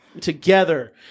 together